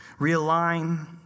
Realign